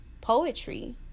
Poetry